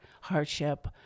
hardship